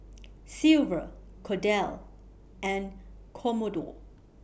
Silver Cordell and Commodore